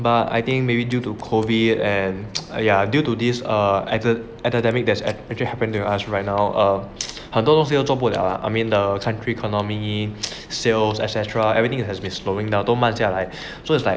but I think maybe due to COVID and err yeah due to these err added epidemic that is actually happened to U_S right now err 很多东西又做不了 I mean the country economy sales et cetera everything has been slowing down 都慢下来 so it's like